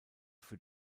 für